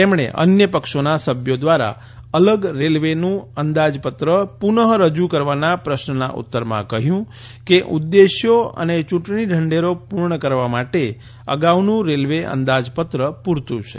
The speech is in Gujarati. તેમણે અન્ય પક્ષોના સભ્યો દ્વારા અલગ રેલવેનું અંદાજપત્ર પુનઃ રજૂ કરવાના પ્રશ્નના ઉતરમાં કહ્યું કે ઉદ્દેશો અને ચૂંટણીઢંઢેરો પૂર્ણ કરવા માટે અગાઉનું રેલવે અંદાજપત્ર પૂરતું છે